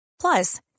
Plus